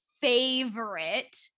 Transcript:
favorite